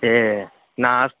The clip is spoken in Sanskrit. एय् नास्